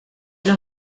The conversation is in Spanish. los